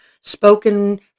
spoken